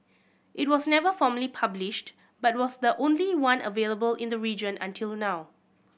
it was never formally published but was the only one available in the region until now